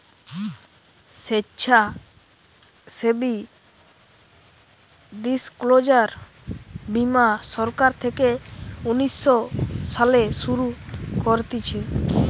স্বেচ্ছাসেবী ডিসক্লোজার বীমা সরকার থেকে উনিশ শো সালে শুরু করতিছে